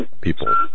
people